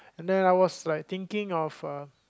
and then I was like thinking of uh